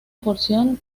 porción